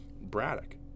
Braddock